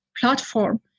platform